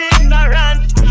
ignorant